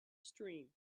stream